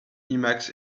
emacs